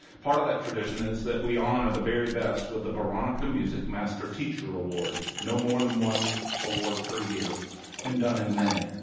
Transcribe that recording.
part of that tradition is that we honor the very best with the veronica muzic master teacher award. no more than one award per year and done in may.